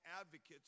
advocates